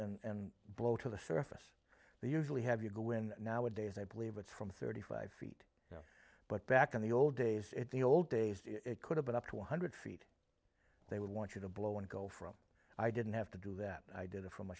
levels and blow to the surface they usually have you go in nowadays i believe it's from thirty five feet but back in the old days at the old days it could have been up to one hundred feet they would want you to blow and go from i didn't have to do that i did it from a